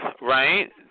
right